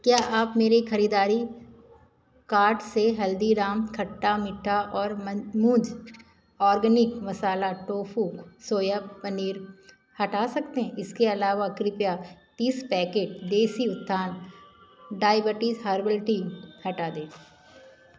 क्या आप मेरे ख़रीदारी कार्ट से हल्दीराम खट्टा मीठा और मूज़ organic masala tofu soya paneer हटा सकते हैं इसके अलावा कृपया तीस पैकेट देसी उत्थान डाईबटी हर्बल टी हटा दें